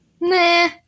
Nah